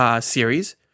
series